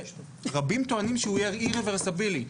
שרבים טוענים שהוא יהיה אי רברסיבילי,